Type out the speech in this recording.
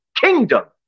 kingdom